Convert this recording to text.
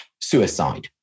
suicide